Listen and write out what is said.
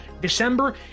december